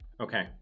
Okay